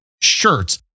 shirts